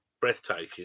breathtaking